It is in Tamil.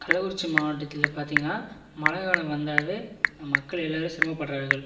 கள்ளக்குறிச்சி மாவட்டத்தில் பார்த்தீங்கன்னா மழை காலம் வந்தால் மக்கள் எல்லோரும் சிரமப்படுறார்கள்